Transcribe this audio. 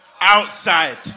outside